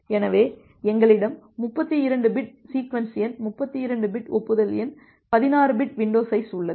எனவே எங்களிடம் 32 bit sequence எண் 32 பிட் ஒப்புதல் எண் 16 பிட் வின்டோ சைஸ் உள்ளது